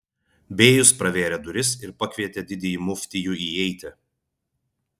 bėjus pravėrė duris ir pakvietė didįjį muftijų įeiti